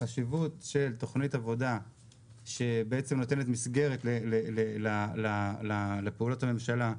החשיבות של תוכנית עבודה שבעצם נותנת מסגרת לפעולות הממשלה,